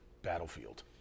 Battlefield